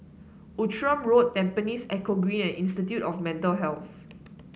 Outram Road Tampines Eco Green and Institute of Mental Health